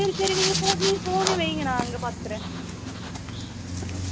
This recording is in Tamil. சரி சரி நீங்கள் ஃபோ நீங்கள் ஃபோனை வைங்க நான் அங்கே பார்த்துக்கிறேன் ஆ